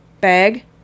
bag